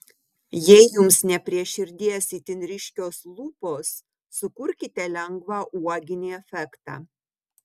jei jums ne prie širdies itin ryškios lūpos sukurkite lengvą uoginį efektą